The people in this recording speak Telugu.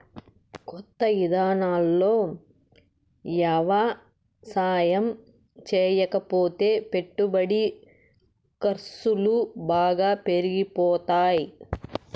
కొత్త ఇదానాల్లో యవసాయం చేయకపోతే పెట్టుబడి ఖర్సులు బాగా పెరిగిపోతాయ్